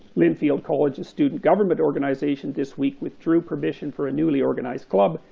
linfield college's student government organization this week withdrew permission for a newly organized club,